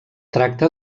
tracta